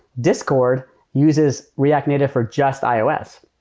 discord uses react native for just ios.